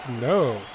No